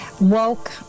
woke